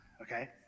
Okay